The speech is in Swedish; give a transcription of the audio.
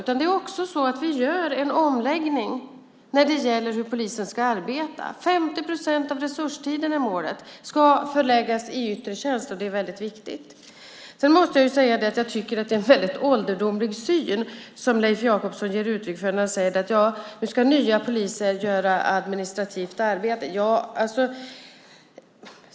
Vi gör också en omläggning när det gäller hur polisen ska arbeta. Målet är att 50 procent av resurstiden ska förläggas i yttre tjänst. Det är viktigt. Jag måste säga att jag tycker att det är en ålderdomlig syn som Leif Jakobsson ger uttryck för när han säger att nya poliser nu ska göra administrativt arbete.